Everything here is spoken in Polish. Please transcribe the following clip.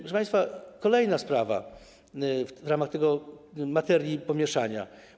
Proszę państwa, kolejna sprawa w ramach tej materii pomieszania.